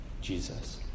Jesus